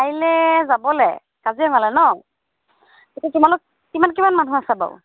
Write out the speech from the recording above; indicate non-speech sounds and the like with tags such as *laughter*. কাইলে যাবলে *unintelligible* ন এতিয়া কিমান কিমান মানুহ আছে বাৰু